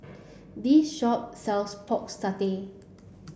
this shop sells pork satay